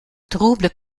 trouble